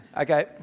Okay